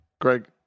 Greg